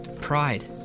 Pride